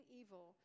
evil